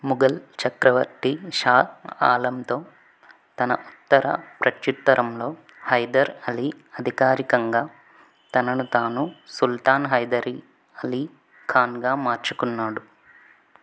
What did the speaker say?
ముఘల్ చక్రవర్తి షా ఆలంతో తన ఉత్తర ప్రత్యుత్తరంలో హైదర్ అలీ అధికారికంగా తనను తాను సుల్తాన్ హైదర్ అలీ ఖాన్గా మార్చుకున్నాడు